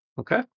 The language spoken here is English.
Okay